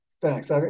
thanks